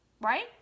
right